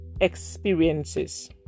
experiences